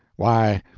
why,